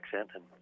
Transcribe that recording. accent